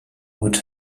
would